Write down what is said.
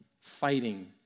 fighting